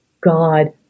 God